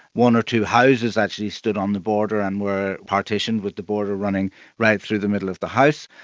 one or two houses actually stood on the border and were partitioned with the border running right through the middle of the house.